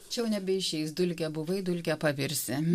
čia jau nebeišeis dulke buvai dulke pavirsi